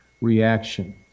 reaction